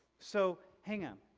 so, hang on.